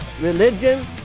religion